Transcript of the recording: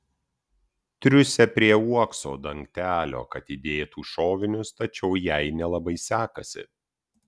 triūsia prie uokso dangtelio kad įdėtų šovinius tačiau jai nelabai sekasi